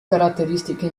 caratteristiche